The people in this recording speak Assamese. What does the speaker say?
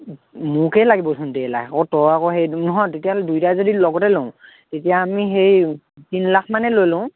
মোকেই লাগিব চোন ডেৰলাখ আকৌ তই আকৌ সেইটো নহয় তেতিয়াহ'লে দুইটাই যদি লগতে লওঁ তেতিয়া আমি সেই তিনিলাখ মানেই লৈ লওঁ